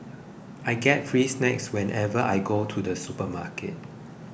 I get free snacks whenever I go to the supermarket